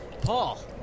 Paul